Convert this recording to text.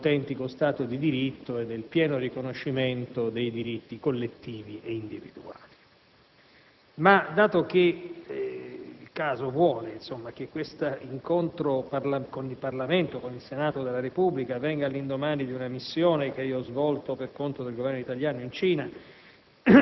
di un autentico Stato di diritto e nel pieno riconoscimento dei diritti collettivi e individuali. Dato che il caso vuole che questo incontro con il Senato della Repubblica avvenga all'indomani di una missione che ho svolto per conto del Governo italiano in Cina